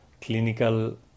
clinical